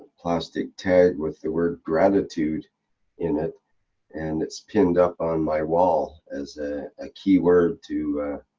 plastic tag with the word gratitude in it and it's pinned up on my wall, as ah a keyword to